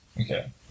Okay